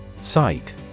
Site